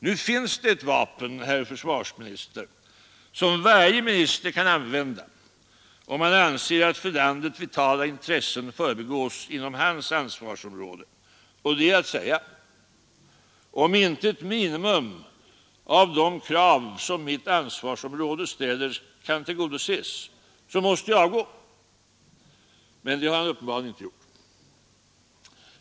Nu finns det ett vapen, herr försvarsminister, som varje minister kan använda om han anser att för landet vitala intressen förbigås inom hans ansvarsområde, och det är att säga: ”Om inte ett minimum av de krav som mitt ansvarsområde ställer kan tillgodoses så måste jag avgå.” Men det har han uppenbarligen inte gjort.